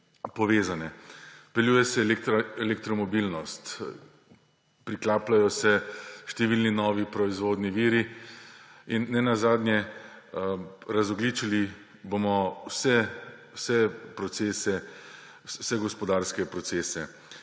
povezane. Vpeljuje se elektromobilnost, priklapljajo se številni novi proizvodni viri in nenazadnje razogličili bomo vse gospodarske procese.